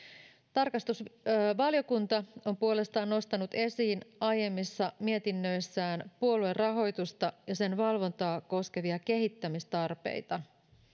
tarkastusvaliokunta on puolestaan nostanut esiin aiemmissa mietinnöissään puoluerahoitusta ja sen valvontaa koskevia kehittämistarpeita